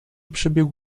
przybiegł